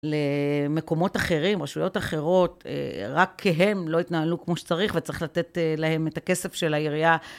למקומות אחרים, רשויות אחרות, רק כי הם לא התנהלו כמו שצריך וצריך לתת להם את הכסף של העירייה.